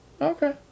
Okay